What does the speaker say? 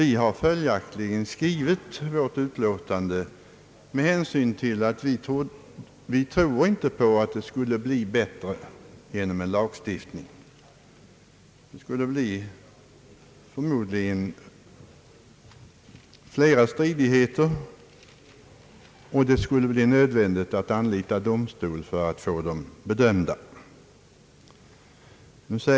Vi har följaktligen skrivit vårt utlåtande med hänsyn till att vi inte tror att förhållandena skulle bli bättre genom en lagstiftning. Det skulle förmodligen leda till flera stridigheter, och det skulle bli nödvändigt att anlita domstol för att få dem bedömda.